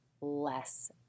less